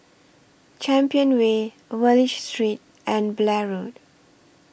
Champion Way Wallich Street and Blair Road